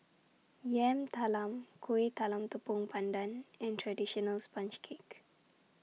Yam Talam Kuih Talam Tepong Pandan and Traditional Sponge Cake